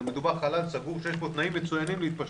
זה חלל סגור שיש בו תנאים מצוינים להתפשטות,